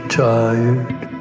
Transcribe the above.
tired